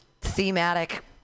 thematic